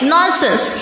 Nonsense